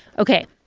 ok.